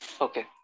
Okay